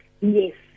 Yes